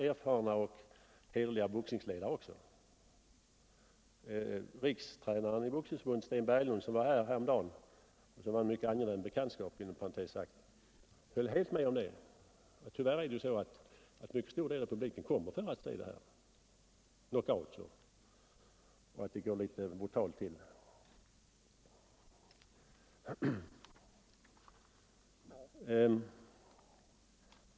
erfarna och hederliga boxningsledare. Boxningsförbundets rikstränare, Sten Berglund, som var på besök här för några dagar sedan — för övrigt en angenäm bekantskap — höll med om att en stor del av publiken tyvärr kommer för att se boxare slås knockout.